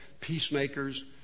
peacemakers